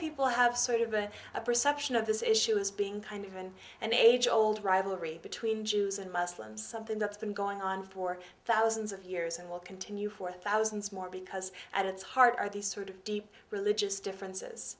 people have sort of been a perception of this issue as being kind of in an age old rivalry between jews and muslims something that's been going on for thousands of years and will continue for thousands more because at its heart are these sort of deep religious differences